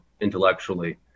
Intellectually